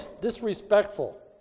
disrespectful